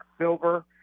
silver